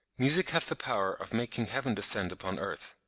music hath the power of making heaven descend upon earth.